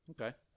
Okay